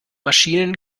maschinen